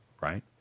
right